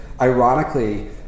ironically